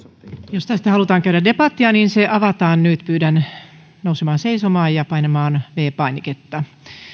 jos tästä halutaan käydä debattia niin se avataan nyt pyydän nousemaan seisomaan ja painamaan viides painiketta